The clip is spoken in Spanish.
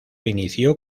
inició